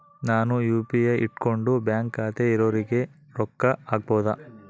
ನಾನು ಯು.ಪಿ.ಐ ಇಟ್ಕೊಂಡು ಬ್ಯಾಂಕ್ ಖಾತೆ ಇರೊರಿಗೆ ರೊಕ್ಕ ಹಾಕಬಹುದಾ?